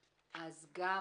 אז יש כמה כלים,